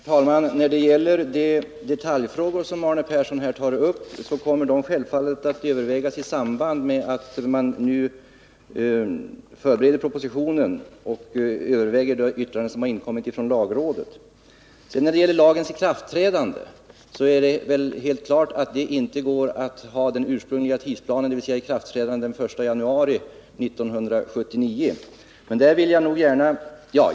Herr talman! De detaljfrågor som Arne Persson tar upp kommer självfallet att övervägas i samband med att vi förbereder propositionen och överväger det yttrande som inkommit från lagrådet. När det gäller lagens ikraftträdande är det helt klart att det inte går att hålla den ursprungliga tidsplanen, dvs. att lagen skulle träda i kraft den 1 januari 1979.